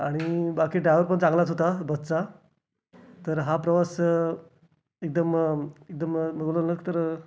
आणि बाकी ड्रायव्हर पण चांगलाच होता बसचा तर हा प्रवास एकदम एकदम तर